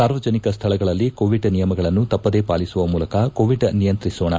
ಸಾರ್ವಜನಿಕ ಸ್ಥಳಗಳಲ್ಲಿ ಕೋಎಡ್ ನಿಯಮಗಳನ್ನು ತಪ್ಪದೇ ಪಾಲಿಸುವ ಮೂಲಕ ಕೋವಿಡ್ ನಿಯಂತ್ರಿಸೋಣ